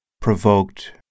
provoked